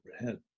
overhead